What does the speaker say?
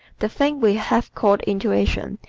the thing we have called intuition,